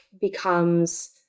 becomes